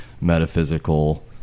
metaphysical